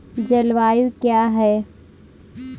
जलवायु क्या है?